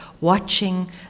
watching